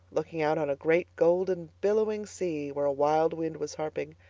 looking out on a great, golden, billowing sea where a wild wind was harping.